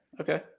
okay